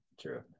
True